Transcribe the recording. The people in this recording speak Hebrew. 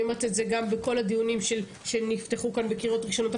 אומרת את זה גם בכל הדיונים שנפתחו כאן בקריאות ראשונות,